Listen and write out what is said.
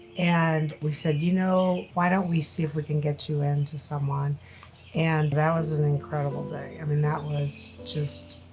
and we said you know why don't we see if we can get you into someone and that was an incredible day i mean that was just.